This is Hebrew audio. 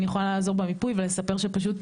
אני יכולה לעזור במיפוי ולספר שפשוט,